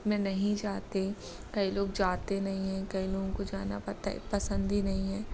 में नहीं जाते कई लोग जाते नहीं है कई लोगों को जाना पता ए पसंद ही नहीं है